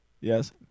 Yes